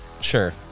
sure